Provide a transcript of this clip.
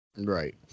Right